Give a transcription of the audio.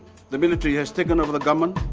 the military has taken over the government,